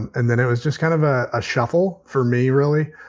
and then it was just kind of a ah shuffle for me, really.